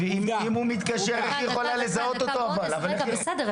אם הוא מתקשר איך היא יכולה לזהות אותו אבל -- בסדר,